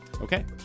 Okay